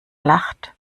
lacht